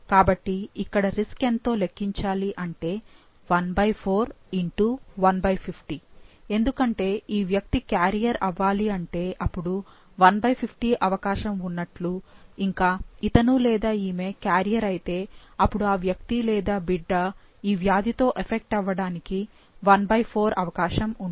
కాబట్టి ఇక్కడ రిస్క్ ఎంతో లెక్కించాలి అంటే 14150 ఎందుకంటే ఈ వ్యక్తి క్యారియర్ అవ్వాలి అంటే అపుడు 150 అవకాశం ఉన్నట్లు ఇంకా ఇతను లేదా ఈమె క్యారియర్ అయితే అపుడు ఆ వ్యక్తి లేదా బిడ్డ ఈ వ్యాధి తో ఎఫెక్ట్ అవ్వడానికి 1 4 అవకాశం ఉంటుంది